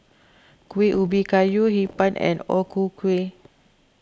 Kueh Ubi Kayu Hee Pan and O Ku Kueh